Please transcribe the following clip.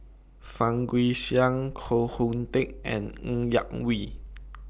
Fang Guixiang Koh Hoon Teck and Ng Yak Whee